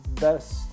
best